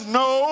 no